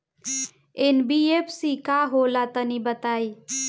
NBFC का होला तनि बताई?